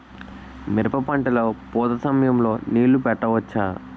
మిరప పంట లొ పూత సమయం లొ నీళ్ళు పెట్టవచ్చా?